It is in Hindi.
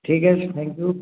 ठीक है थैंक यू